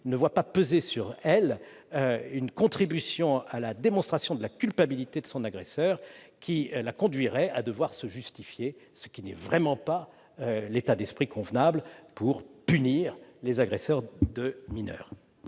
ne voit pas peser sur elle une contribution à la démonstration de la culpabilité de son agresseur, ce qui la conduirait à devoir se justifier. Or ce n'est vraiment pas un état d'esprit convenable pour punir les agresseurs de mineurs.